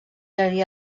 jardí